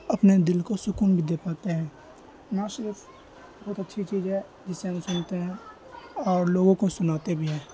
اپنے دل کو سکون بھی دے پاتے ہیں نعت شریف بہت اچھی چیز ہے جسے ہم سنتے ہیں اور لوگوں کو سناتے بھی ہیں